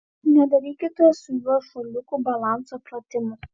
nedarykite su juo šuoliukų balanso pratimų